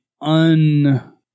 un